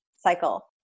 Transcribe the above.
cycle